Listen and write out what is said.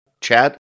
Chad